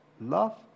love